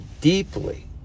Deeply